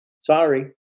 Sorry